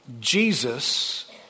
Jesus